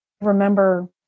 remember